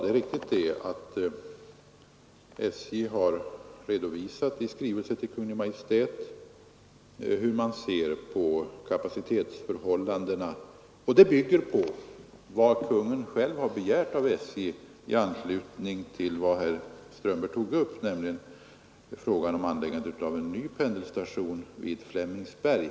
Det är riktigt att SJ i skrivelse till Kungl. Maj:t har redovisat hur man ser på kapacitetsförhållandena. Den redogörelsen bygger på vad Kungl. Maj:t har begärt av SJ i samband med just den fråga som herr Strömberg tog upp, nämligen anläggandet av en ny pendelstation i Flemingsberg.